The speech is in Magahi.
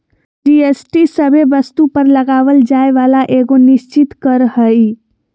जी.एस.टी सभे वस्तु पर लगावल जाय वाला एगो निश्चित कर हय